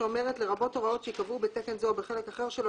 לרבות הוראות שייקבעו בתקן זה או בחלק אחר שלו